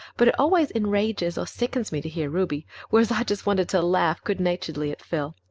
but it always enrages or sickens me to hear ruby, whereas i just wanted to laugh good-naturedly at phil.